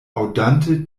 aŭdante